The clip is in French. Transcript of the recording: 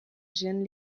jeune